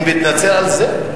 אני מתנצל על זה?